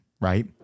right